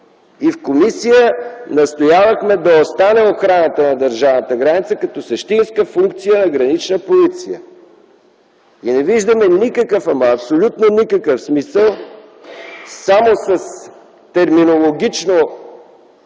В комисията настоявахме да остане охрана на държавната граница като същинска функция на Гранична полиция. Не виждаме абсолютно никакъв смисъл само с терминологично